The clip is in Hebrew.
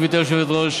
גברתי היושבת-ראש.